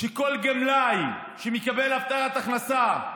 לכל גמלאי שמקבל הבטחת הכנסה,